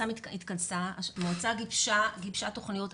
המועצה גיבשה תכניות.